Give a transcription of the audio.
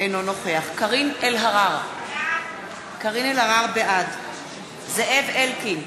אינו נוכח קארין אלהרר, בעד זאב אלקין,